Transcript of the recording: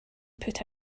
put